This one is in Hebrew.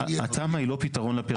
התמ"א היא לא פתרון לפריפריה.